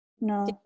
no